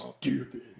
stupid